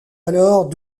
alors